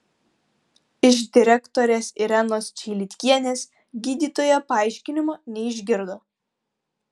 iš direktorės irenos čeilitkienės gydytoja paaiškinimo neišgirdo